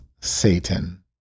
Satan